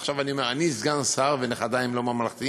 ועכשיו אני אומר: אני סגן שר ואנחנו עדיין לא ממלכתיים?